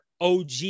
OG